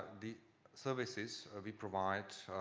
the services we provide,